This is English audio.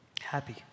happy